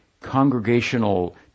congregational